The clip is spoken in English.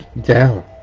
down